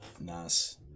Nice